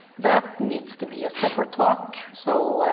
that needs to be a separate talk, so